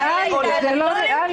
--- אנחנו אומרים את האמת.